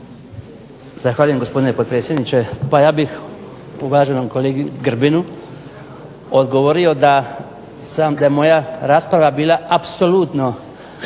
Zahvaljujem gospodine potpredsjedniče. Pa ja bih uvaženom kolegi Grbinu odgovorio da je moja rasprava bila apsolutno u